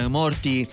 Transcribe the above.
morti